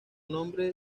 nombre